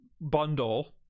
bundle